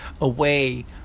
away